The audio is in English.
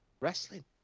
wrestling